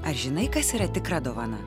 ar žinai kas yra tikra dovana